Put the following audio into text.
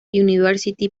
university